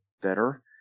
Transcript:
better